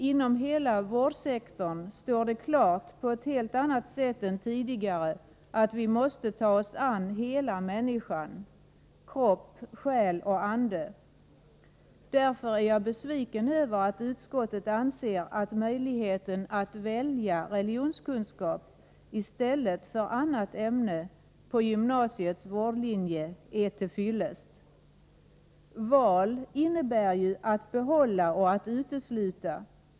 Inom hela vårdsektorn står det klart på ett helt annat sätt än tidigare att vi måste ta oss an hela människan — kropp, själ och ande. Därför är jag besviken över att utskottet anser att möjligheten att välja religonskunskap i stället för annat ämne på gymnasiets vårdlinje är till fyllest. Val innebär ju att bibehålla och att utesluta.